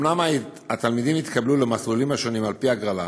אומנם התלמידים התקבלו למסלולים השונים על פי הגרלה,